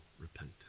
repentance